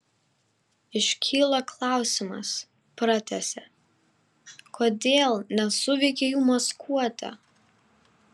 iškyla klausimas pratęsė kodėl nesuveikė jų maskuotė